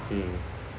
mm